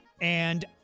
and-